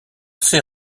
sais